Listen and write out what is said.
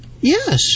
yes